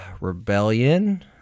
rebellion